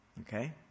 Okay